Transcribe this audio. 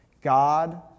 God